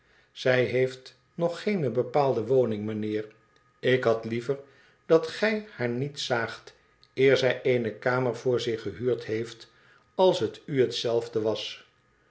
zij heeft nog geene bepaalde woning mijnheer ik had liever dat gij haar niet zaagt eer zij eene kamer voor zich gehuurd heeft als het u hetzelfde was